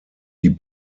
die